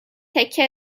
تکه